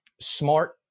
smart